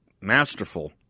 masterful